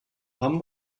hamm